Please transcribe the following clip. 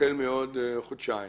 החל מעוד חודשיים